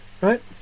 Right